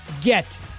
get